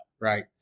right